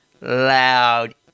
loud